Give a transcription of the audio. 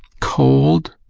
cold,